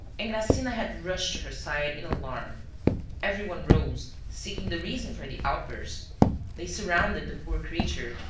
engracigna had rushed to her side in alarm everyone rose, seeking the reason for the outburst they surrounded the poor creature,